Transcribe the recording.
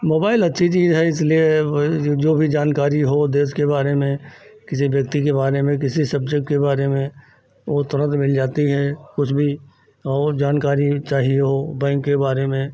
mobile अच्छी चीज़ है इसलिए वही जो भी जानकारी हो देश के बारे में किसी व्यक्ति के बारे में किसी सब्जेक्ट के बारे में वह तुरंत मिल जाती हैं कुछ भी और जानकारी चाहिए हो बैंक के बारे में